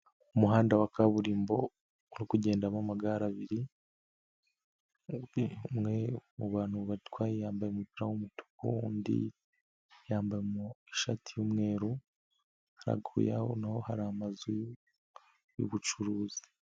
Umuhanda wa kaburimbo uri kugendamo amagare abiri, umwe mu bantu batwaye yambaye umupira w'umutuku undi yambaye mu ishati y'umweru, haraguru y'aho na ho hari amazu y'ubucuruzi.